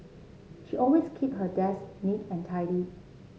she always keep her desk neat and tidy